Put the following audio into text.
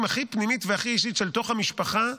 הכי פנימית והכי אישית בתוך המשפחה,